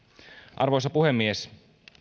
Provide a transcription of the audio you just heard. arvoisa puhemies